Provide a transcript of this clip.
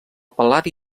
pal·ladi